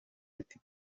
ati